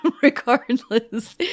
regardless